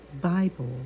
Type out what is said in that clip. Bible